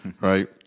right